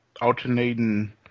alternating